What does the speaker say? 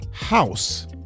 house